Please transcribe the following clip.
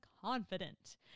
confident